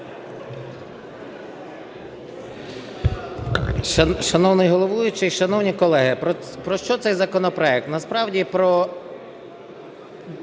Шановний головуючий, шановні колеги! Про що цей законопроект. Насправді – про